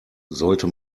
sollte